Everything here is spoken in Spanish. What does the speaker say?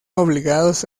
obligados